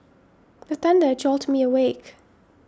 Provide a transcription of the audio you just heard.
the thunder jolt me awake